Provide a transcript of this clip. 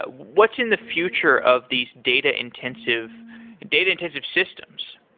ah what's in the future of these data-intensive data-intensive systems?